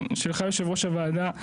שלך יושב-ראש הוועדה,